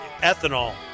ethanol